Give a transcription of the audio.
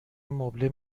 مبله